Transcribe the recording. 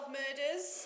murders